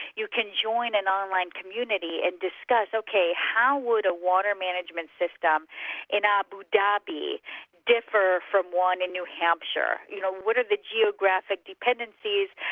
you can join an online community and discuss, ok, how would a water management system in abu dhabi differ from one in new hampshire? you know, what are the geographic dependencies,